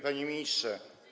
Panie Ministrze!